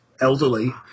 elderly